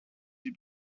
sie